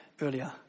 earlier